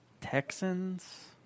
Texans